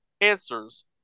answers